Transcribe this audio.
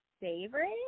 favorite